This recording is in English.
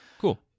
cool